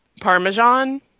Parmesan